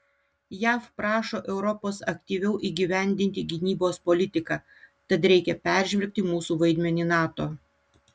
jav prašo europos aktyviau įgyvendinti gynybos politiką tad reikia peržvelgti mūsų vaidmenį nato